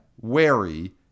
wary